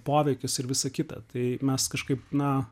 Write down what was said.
poveikius ir visa kita tai mes kažkaip na